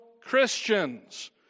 Christians